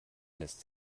lässt